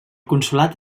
consolat